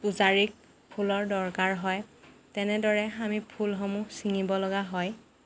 পূজাৰীক ফুলৰ দৰকাৰ হয় তেনেদৰে আমি ফুলসমূহ চিঙিব লগা হয়